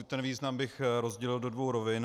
Ten význam bych rozdělil do dvou rovin.